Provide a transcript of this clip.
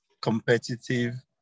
competitive